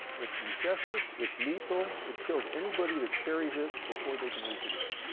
it's recessive, it's lethal, it kills anybody that carries it before they can reproduce.